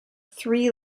three